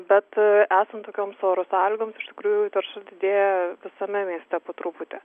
bet esant tokioms oro sąlygoms iš tikrųjų tarša didėja visame mieste po truputį